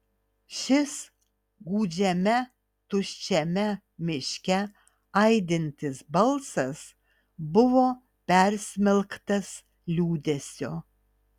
šis gūdžiame tuščiame miške aidintis balsas buvo persmelktas liūdesio